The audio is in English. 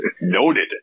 Noted